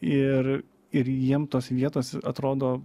ir ir jiem tos vietos atrodo